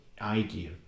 idea